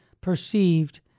perceived